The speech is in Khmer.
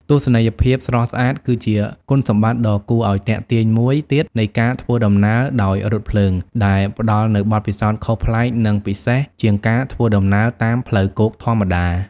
ទស្សនីយភាពស្រស់ស្អាត គឺជាគុណសម្បត្តិដ៏គួរឲ្យទាក់ទាញមួយទៀតនៃការធ្វើដំណើរដោយរថភ្លើង ដែលផ្តល់នូវបទពិសោធន៍ខុសប្លែក និងពិសេសជាងការធ្វើដំណើរតាមផ្លូវគោកធម្មតា។